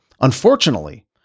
Unfortunately